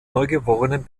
neugeborenen